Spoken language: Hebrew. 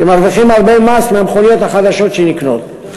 שמרוויחים הרבה מס מהמכוניות החדשות שנקנות.